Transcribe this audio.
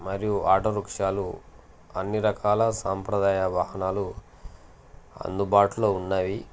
మరియు ఆటో రిక్షాలు అన్ని రకాల సంప్రదాయ వాహనాలు అందుబాటులో ఉన్నాయి